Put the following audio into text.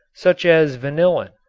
such as vanillin,